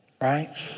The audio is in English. Right